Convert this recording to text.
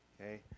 okay